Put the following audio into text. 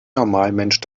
normalmensch